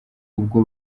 ubwo